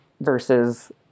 versus